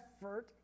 effort